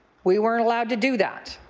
we weren't allowed to do that.